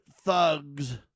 thugs